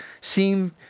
seem